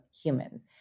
HUMANS